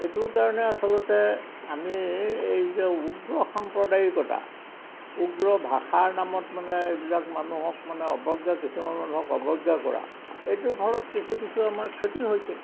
এইটোৰ কাৰণে আচলতে আমি এই যে উগ্ৰ সাম্প্ৰদায়িকতা উগ্ৰ ভাষাৰ নামত মানে এইবিলাক মানুহক মানে অৱজ্ঞা কিছুমান মানুহক অৱজ্ঞা কৰা এইটোৰ ফলত কিছু কিছু আমাৰ ক্ষতি হৈছে